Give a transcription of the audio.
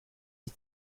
die